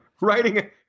writing